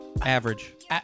Average